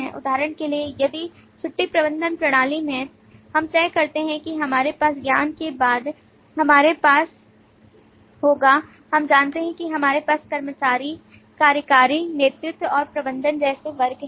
उदाहरण के लिए यदि छुट्टी प्रबंधन प्रणाली में हम तय करते हैं कि हमारे पास ज्ञान के बाद हमारे पास होगा हम जानते हैं कि हमारे पास कर्मचारी कार्यकारी नेतृत्व और प्रबंधक जैसे वर्ग हैं